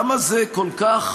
למה זה כל כך